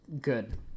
good